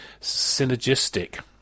Synergistic